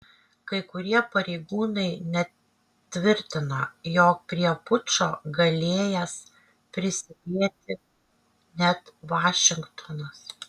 kai kurie pareigūnai net tvirtina jog prie pučo galėjęs prisidėti net vašingtonas